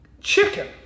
chicken